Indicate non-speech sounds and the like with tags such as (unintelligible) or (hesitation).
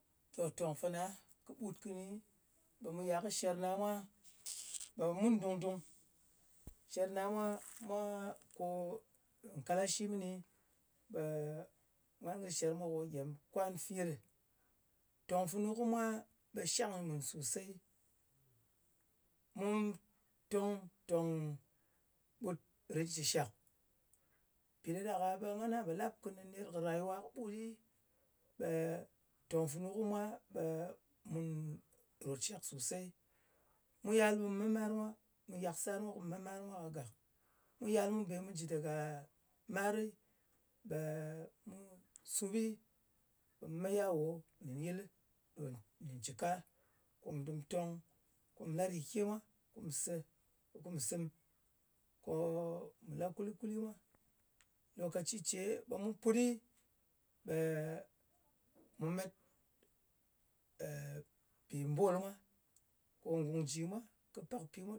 To, tòng fana kɨɓut kɨni, ɓe mu yal kɨ sherna mwa, (noise) ɓe mun dung-dung. Sher na mwa, (noise) mwa ko, kalashi mɨni, ɓe ngan kɨ sher mwa ko gyem kwan, firɨ. Tòng funu kɨ mwa ɓe shang ngan sosey. Mu tong tòng ɓutrit shɨshak. Mpi ɗa ɗak-a ɓe ngana pò lap kɨnɨ, ner kɨ rayuwa kɨɓut ɗɨ, ɓe tòng funu kɨ mwa ɓe, (hesitation) ròtshàk sosey. Mu yal ɓe mu met mar mwa nshàk. Ko mu yaksar mwa, ko mù met mar mwa kagak. Mu yal mu be mu jɨ dàga marɨ, ɓe mu subi, ɓe mu me yawo nɗin yɨl, (unintelligible) nɗin cɨka. Kù du tong, ko mù la rike mwa kum se, kùm sɨm. Ko mu la kuli-kuli mwa. Lòkaci ce, ɓe mu put ɗɨ, ɓe (hesitation) met (hesitation) pì mbwol mwa ko gungji mwa, kɨ pak pi mwa.